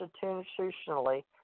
constitutionally